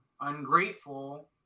ungrateful